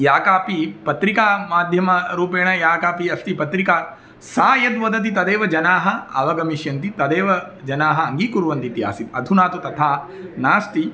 या कापि पत्रिकामाध्यमरूपेण या कापि अस्ति पत्रिका सा यद्वदति तदेव जनाः अवगमिष्यन्ति तदेव जनाः अङ्गीकुर्वन्ति इति आसीत् अधुना तु तथा नास्ति